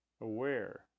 aware